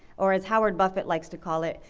or as howard buffett likes to call it,